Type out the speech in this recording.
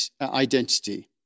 identity